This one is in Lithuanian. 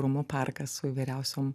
rūmų parkas su įvairiausiom